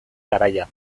garaia